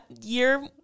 Year